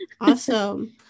Awesome